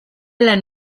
lan